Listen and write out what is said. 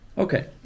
Okay